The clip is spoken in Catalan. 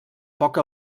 poca